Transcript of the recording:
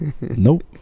Nope